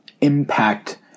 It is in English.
impact